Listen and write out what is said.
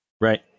Right